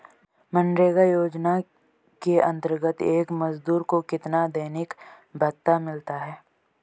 मनरेगा योजना के अंतर्गत एक मजदूर को कितना दैनिक भत्ता मिलता है?